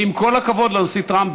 ועם כל הכבוד לנשיא טראמפ,